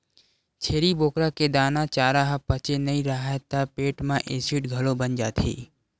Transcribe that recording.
छेरी बोकरा के दाना, चारा ह पचे नइ राहय त पेट म एसिड घलो बन जाथे